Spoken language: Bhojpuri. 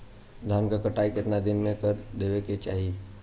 धान क कटाई केतना दिन में कर देवें कि चाही?